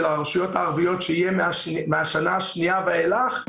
הרשויות הערביות שיהיה מהשנה השנייה ואילך,